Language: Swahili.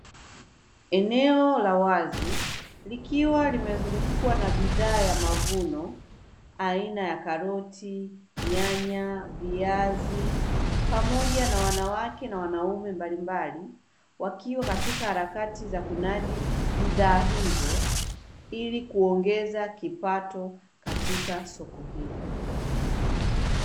Eneo la wazi likiwa limezungukwa na bidhaa ya mavuno aina ya karoti, nyanya, viazi pamoja na wanawake na wanaume mbalimbali wakiwa katika harakati za kunadi bidhaa hizo ili kuongeza kipato katika soko hilo.